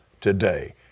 today